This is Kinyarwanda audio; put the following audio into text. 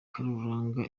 karuranga